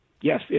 Yes